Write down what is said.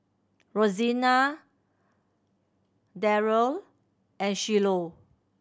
Rosena Daryle and Shiloh